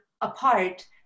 apart